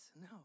No